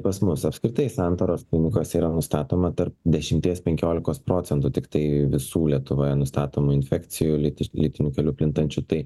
pas mus apskritai santaros klinikose yra nustatoma tarp dešimties penkiolikos procentų tiktai visų lietuvoje nustatomų infekcijų lyti lytiniu keliu plintančių tai